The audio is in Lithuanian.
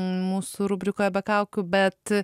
mūsų rubrikoje be kaukių bet